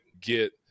get